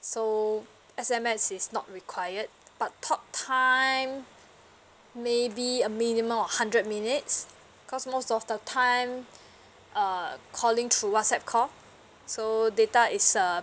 so S_M_S is not required but talk time maybe a minimum of hundred minutes because most of the time uh calling through whatsapp call so data is err